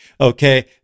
okay